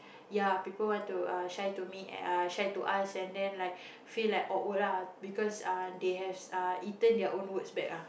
ya people want to uh shy to me uh shy to us and then like feel like awkward ah because uh they have uh eaten their own words back ah